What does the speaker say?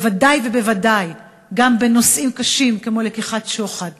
בוודאי ובוודאי גם בנושאים קשים כמו לקיחת שוחד,